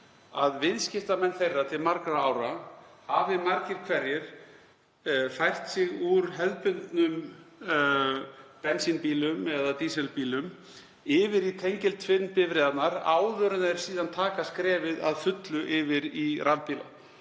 að viðskiptamenn þeirra til margra ára hafi margir hverjir fært sig úr hefðbundnum bensín- eða dísilbílum yfir í tengiltvinnbifreiðar áður en þeir taka síðan skrefið að fullu yfir í rafbíla.